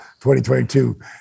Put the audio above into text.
2022